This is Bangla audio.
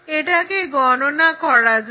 এটাকে গণনা করা যাক